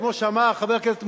כמו שאמר חבר הכנסת מולה,